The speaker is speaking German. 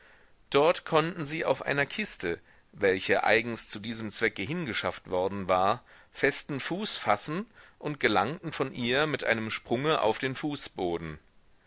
dort konnten sie auf einer kiste welche eigens zu diesem zwecke hingeschafft worden war festen fuß fassen und gelangten von ihr mit einem sprunge auf den fußboden